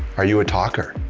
are you a talker?